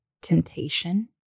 temptation